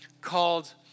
called